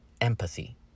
empathy